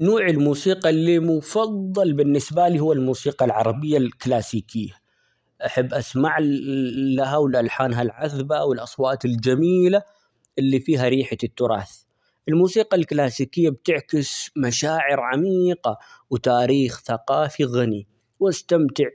نوع الموسيقى اللي مفضل بالنسبة لي هو الموسيقى العربية الكلاسيكية، أحب اسمع -لل-لها ،ولألحانها العذبة ،والأصوات الجميلة اللي فيها ريحة التراث، الموسيقى الكلاسيكية ،بتعكس مشاعر عمييقة ،وتاريخ ثقافي غني واستمتع